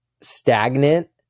stagnant